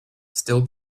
still